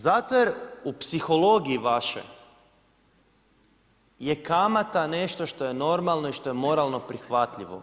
Zato jer u psihologiji vašoj je kamata nešto što je normalno i što je moralno prihvatljivo.